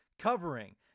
covering